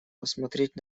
посмотреть